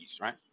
right